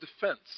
defense